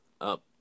up